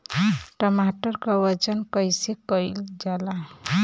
टमाटर क वजन कईसे कईल जाला?